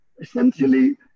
Essentially